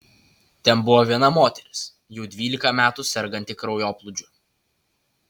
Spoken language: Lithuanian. ten buvo viena moteris jau dvylika metų serganti kraujoplūdžiu